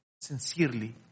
sincerely